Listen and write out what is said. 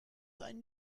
einen